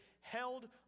held